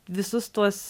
visus tuos